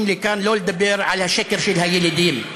לכאן לא לדבר על השקר של הילידים.